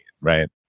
Right